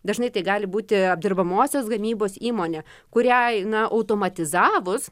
dažnai tai gali būti apdirbamosios gamybos įmonė kuriai na automatizavus